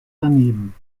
daneben